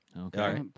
Okay